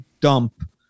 dump